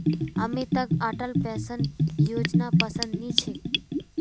अमितक अटल पेंशन योजनापसंद नी छेक